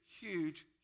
Huge